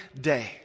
day